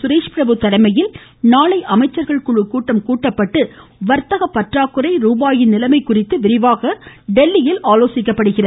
சுரேஷ்பிரபு தலைமையில் நாளை அமைச்சர்கள் குழு கூட்டம் கூட்டப்பட்டு வர்த்தக பற்றாக்குறை ருபாயின் நிலைமை குறித்து விரிவாக ஆலோசிக்கப்படுகிறது